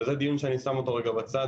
שזה דיון שאני שם אותו רגע בצד,